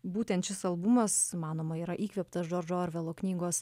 būtent šis albumas manoma yra įkvėptas džordžo orvelo knygos